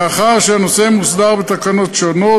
מאחר שהנושא מוסדר בתקנות שונות,